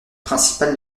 principal